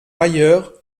ailleurs